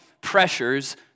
pressures